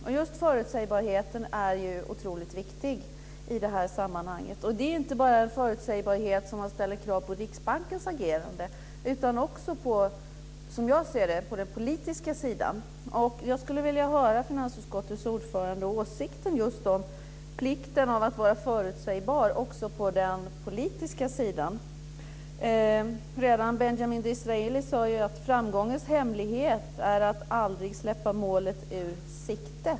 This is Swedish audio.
Och just förutsägbarheten är otroligt viktig i det här sammanhanget. Det handlar inte bara om en förutsägbarhet där man ställer krav på Riksbankens agerande utan också på den politiska sidan, som jag ser det. Jag skulle vilja höra finansutskottets ordförande kommentera plikten av att vara förutsägbar också på den politiska sidan. Redan Benjamin Disraeli sade ju att framgångens hemlighet är att aldrig släppa målet ur sikte.